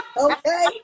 Okay